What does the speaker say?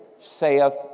saith